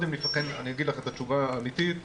אגיד לך את התשובה האמיתית,